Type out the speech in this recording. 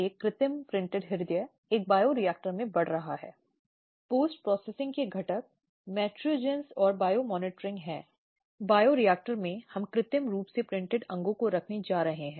उस व्यक्ति को शारीरिक दर्द का खतरा बार बार होता है जिसमें सहमत व्यक्ति रुचि रखता है